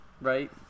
right